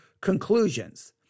conclusions